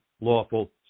lawful